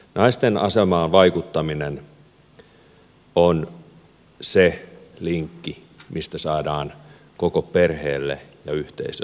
naisten asemaan vaikuttaminen on se linkki mistä saadaan koko perheelle ja yhteisölle hyvinvointia